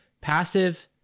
passive